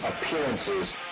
appearances